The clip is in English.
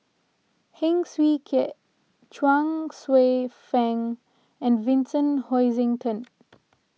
Heng Swee Keat Chuang Hsueh Fang and Vincent Hoisington